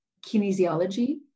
kinesiology